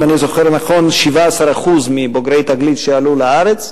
אם אני זוכר נכון, 17% מבוגרי "תגלית" שעלו לארץ.